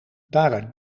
daaruit